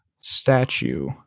statue